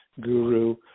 guru